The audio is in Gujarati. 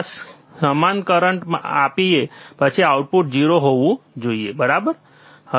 અમે સમાન કરંટ આપીએ પછી આઉટપુટ 0 હોવું જોઈએ બરાબર